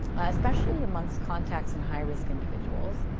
especially amongst contacts and high risk individuals.